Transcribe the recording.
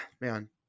man